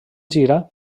gira